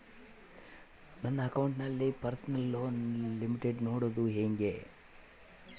ನನ್ನ ಅಕೌಂಟಿನಲ್ಲಿ personal loan limit ನೋಡದು ಹೆಂಗೆ?